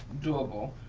doable.